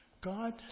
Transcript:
God